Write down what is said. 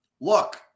look